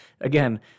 again